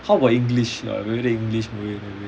how about english got english movie